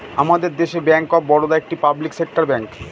আমাদের দেশে bank of Baroda একটি পাবলিক সেক্টর ব্যাঙ্ক